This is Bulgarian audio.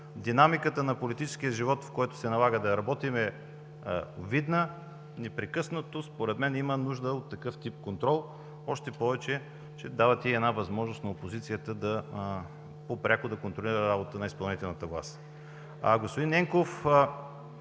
Динамиката на политическия живот, в който се налага да работим, е видна. Непрекъснато според мен има нужда от такъв тип контрол, още повече че давате и възможност на опозицията по-пряко да контролира работата на изпълнителната власт.